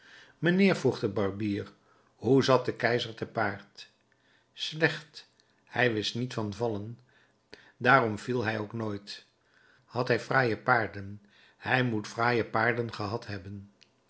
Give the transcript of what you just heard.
mijnheer vroeg de barbier hoe zat de keizer te paard slecht hij wist niet van vallen daarom viel hij ook nooit had hij fraaie paarden hij moet fraaie paarden gehad hebben